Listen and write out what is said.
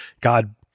God